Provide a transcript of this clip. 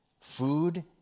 food